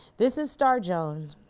this is star jones.